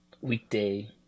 weekday